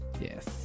Yes